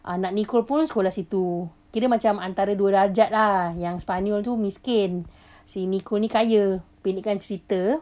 anak nicole pun sekolah situ kira macam antara dua darjat ah yang sepanyol tu miskin si nicole ni kaya pendekkan cerita